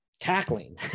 Tackling